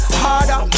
harder